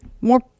more